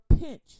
pinch